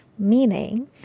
Meaning